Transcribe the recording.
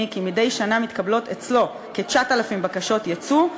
כי מדי שנה מתקבלות אצלו כ-9,000 בקשות ייצוא,